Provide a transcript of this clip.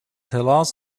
helaas